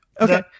Okay